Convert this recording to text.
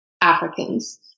Africans